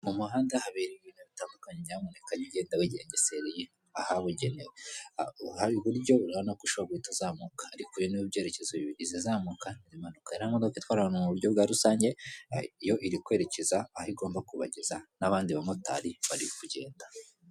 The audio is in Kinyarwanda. Mu muhanda habera ibintu bitandukanye nyamuneka uge ugenda wingengesereye ahabugenewe, hari uburyo ubonako ushobora guhita uzamuka ariko harimo ibyerekezo bibiri ihise izamuka ,imanuka iriya modoka itwara abantu mu buryo bwa rusange iyo iri kwerekeza aho igomba kubageza n'abandi bamotari bari kugenda.